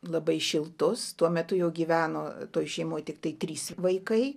labai šiltus tuo metu jau gyveno toj šeimoj tiktai trys vaikai